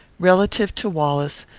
relative to wallace,